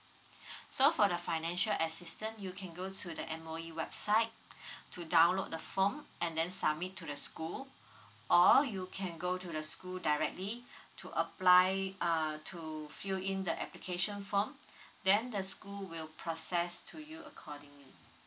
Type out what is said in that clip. so for the financial assistance you can go to the M_O_E website to download the form and then submit to the school or you can go to the school directly to apply uh to fill in the application form then the school will process to you accordingly